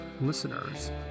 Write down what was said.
listeners